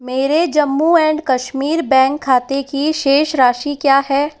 मेरे Jammu and Kashmir bank खाते की शेष राशि क्या है